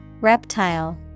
Reptile